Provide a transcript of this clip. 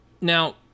now